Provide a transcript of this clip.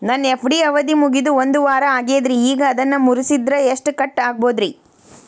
ನನ್ನ ಎಫ್.ಡಿ ಅವಧಿ ಮುಗಿದು ಒಂದವಾರ ಆಗೇದ್ರಿ ಈಗ ಅದನ್ನ ಮುರಿಸಿದ್ರ ಎಷ್ಟ ಕಟ್ ಆಗ್ಬೋದ್ರಿ?